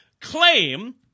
claim